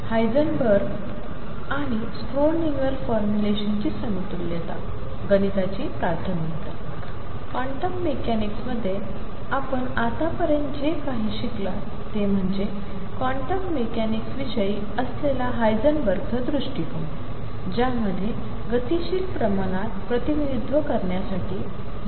Heisenberg आणि Schrodinger फॉर्म्युलेशन्सची समतुल्यता गणिताची प्राथमिकता क्वांटम मेकॅनिक्समध्ये आपण आतापर्यंत जे काही शिकलात ते म्हणजे क्वांटम मेकॅनिक्सविषयी असलेला हायसेनबर्गचा दृष्टीकोन ज्यामध्ये गतिशील प्रमाणात प्रतिनिधित्व करण्यासाठी मूलत मॅट्रिक्स असतात